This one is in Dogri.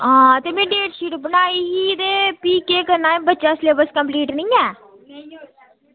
आं ते में डेटशीट बनाई ही ते भी केह् करना बच्चें दा सेलेब्स ठीक निं ऐ